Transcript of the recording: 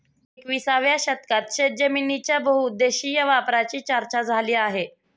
एकविसाव्या शतकात शेतजमिनीच्या बहुउद्देशीय वापराची चर्चा झाली आहे